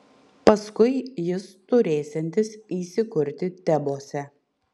paskui jis turėsiantis įsikurti tebuose